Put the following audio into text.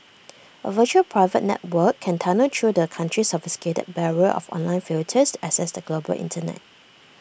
A virtual private network can tunnel through the country's sophisticated barrier of online filters access the global Internet